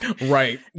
right